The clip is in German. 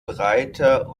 breiter